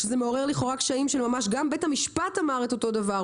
שזה מעורר לכאורה קשיים שממש גם בית המשפט אמר את אותו דבר.